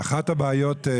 ד"ר